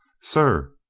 sir,